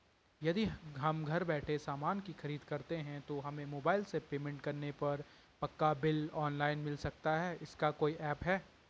यदि हम घर बैठे सामान की खरीद करते हैं तो हमें मोबाइल से पेमेंट करने पर पक्का बिल ऑनलाइन मिल सकता है इसका कोई ऐप है